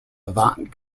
avant